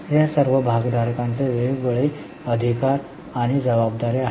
या सर्व भागधारकाचे वेगवेगळे अधिकार आणि जबाबदाऱ्या आहेत